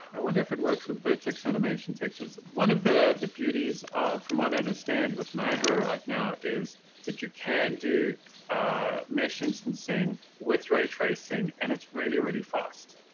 i wonder if it works with vertex animation textures? one of the the beauties of from what i and understand with niagara right now is that you can do ah mesh instancing with ray tracing, and it's really, really fast.